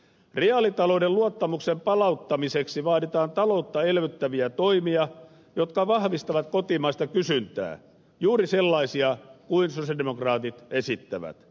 reaalitalouden luottamuksen palauttamiseksi vaaditaan taloutta elvyttäviä toimia jotka vahvistavat kotimaista kysyntää juuri sellaisia kuin sosialidemokraatit esittävät